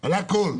על הכול.